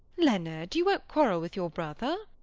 leonard, you won't quarrel with your brother.